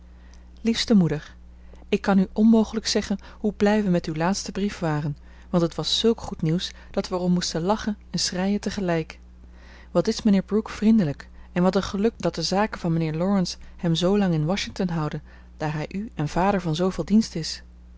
liefste moeder ik kan u onmogelijk zeggen hoe blij we met uw laatsten brief waren want het was zulk goed nieuws dat we er om moesten lachen en schreien tegelijk wat is mijnheer brooke vriendelijk en wat een geluk dat de zaken van mijnheer laurence hem zoolang in washington houden daar hij u en vader van zooveel dienst is